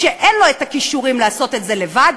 שאין לו הכישורים לעשות את זה לבד,